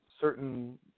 certain